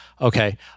Okay